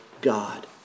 God